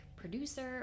producer